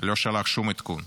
לא שלח שום עדכון.